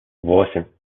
восемь